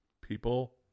People